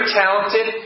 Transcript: talented